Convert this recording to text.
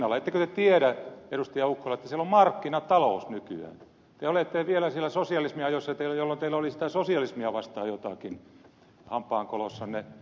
ukkola että siellä on markkinatalous nykyään ja olette vielä siellä sosialismin ajoissa jolloin teillä oli sitä sosialismia vastaan jotakin hampaankolossanne